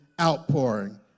outpouring